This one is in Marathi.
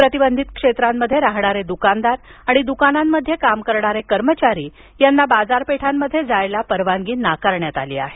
प्रतिबंधित क्षेत्रांमध्ये राहणारे दुकानदार आणि दुकानांमध्ये काम करणारे कर्मचारी यांना बाजारपेठांमध्ये जाण्यास परवानगी नाकारण्यात आली आहे